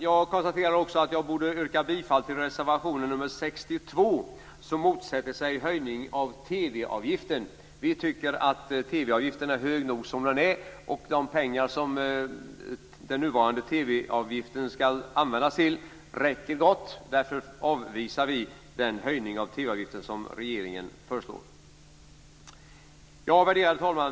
Jag konstaterar också att jag borde yrka bifall till reservation nr 46, där vi motsätter oss en höjning av TV-avgiften. Vi tycker att TV avgiften är hög nog som den är och att den räcker gott till det den skall användas till. Därför avvisar vi den höjning av TV-avgiften som regeringen föreslår. Värderade talman!